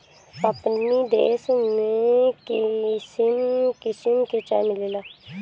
अपनी देश में किसिम किसिम के चाय मिलेला